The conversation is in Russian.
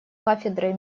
кафедрой